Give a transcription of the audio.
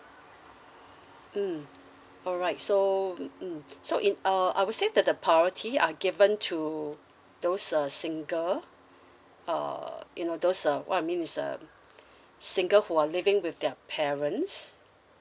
mm alright so mm so in uh I would say that the priority are given to those uh single uh you know those uh what I mean is uh single who are living with their parents